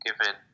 given